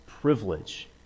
privilege